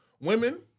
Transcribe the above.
women